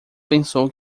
pensou